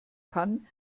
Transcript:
kann